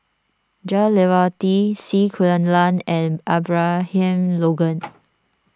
Jah Lelawati C Kunalan and Abraham Logan